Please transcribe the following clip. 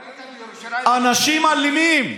רגע, לא הייתה בירושלים, אנשים אלימים.